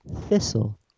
thistle